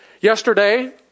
Yesterday